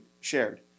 shared